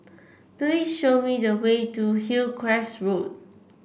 please show me the way to Hillcrest Road